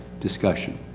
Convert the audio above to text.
discussion.